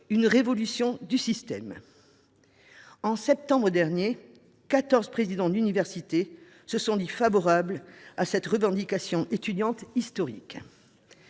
une révolution du système. En septembre dernier, quatorze présidents d’université se sont dits favorables à cette revendication étudiante historique.